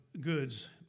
goods